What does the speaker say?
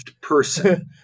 person